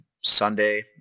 Sunday